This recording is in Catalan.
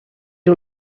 era